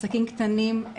עסקים קטנים,